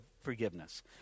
forgiveness